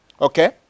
okay